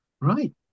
Right